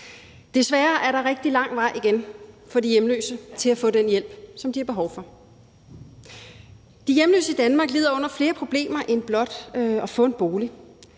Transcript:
Desværre er der rigtig lang vej igen for de hjemløse til at få den hjælp, som de har behov for. De hjemløse i Danmark lider under flere problemer end blot at få en bolig.